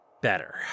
better